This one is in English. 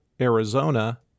Arizona